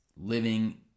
living